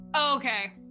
okay